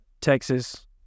Texas